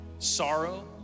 sorrow